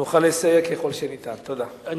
תודה רבה.